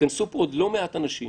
ייכנסו פה לא מעט אנשים